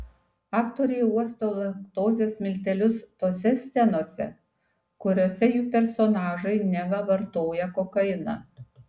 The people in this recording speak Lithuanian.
aktoriai uosto laktozės miltelius tose scenose kuriose jų personažai neva vartoja kokainą